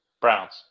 Browns